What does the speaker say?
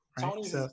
Tony's